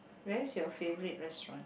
where's your favourite restaurant